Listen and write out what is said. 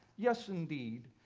yes, indeed,